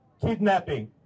kidnapping